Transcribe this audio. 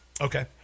Okay